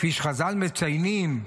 כפי שחז"ל מציינים,